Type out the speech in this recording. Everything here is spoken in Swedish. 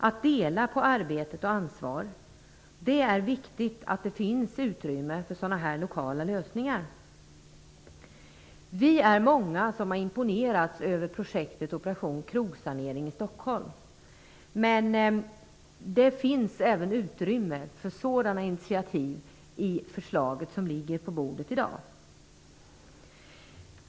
Man kan dela på arbete och ansvar. Det är viktigt att det finns utrymme för lokala lösningar. Vi är många som har imponerats av projektet Operation krogsanering i Stockholm. Men det finns även utrymme för sådana initiativ i förslaget som ligger på riksdagens bord i dag.